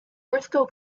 briscoe